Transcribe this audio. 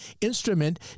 instrument